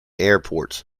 airports